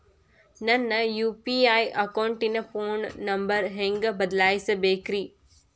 ನನ್ನ ಯು.ಪಿ.ಐ ಅಕೌಂಟಿನ phone number ಹೆಂಗ್ ಬದಲಾಯಿಸ ಬೇಕ್ರಿ?